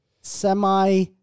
semi